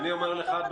אז אני אומר לך,